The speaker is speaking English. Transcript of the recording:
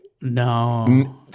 No